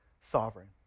sovereign